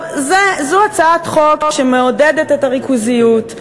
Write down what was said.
זו הצעת חוק שמעודדת את הריכוזיות,